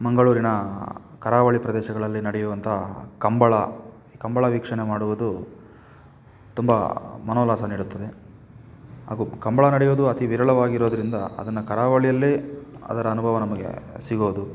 ಮಂಗಳೂರಿನ ಕರಾವಳಿ ಪ್ರದೇಶಗಳಲ್ಲಿ ನಡೆಯುವಂಥ ಕಂಬಳ ಕಂಬಳ ವೀಕ್ಷಣೆ ಮಾಡುವುದು ತುಂಬ ಮನೋಲ್ಲಾಸ ನೀಡುತ್ತದೆ ಹಾಗೂ ಕಂಬಳ ನಡೆಯುವುದು ಅತಿ ವಿರಳವಾಗಿರೋದರಿಂದ ಅದನ್ನು ಕರಾವಳಿಯಲ್ಲಿ ಅದರ ಅನುಭವ ನಮಗೆ ಸಿಗೋದು